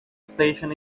station